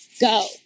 go